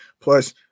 plus